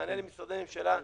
מענה למשרדי הממשלה.